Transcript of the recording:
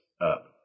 up